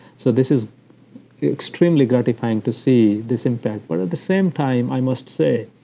so this is extremely gratifying to see this impact but at the same time, i must say,